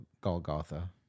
Golgotha